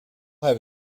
have